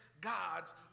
God's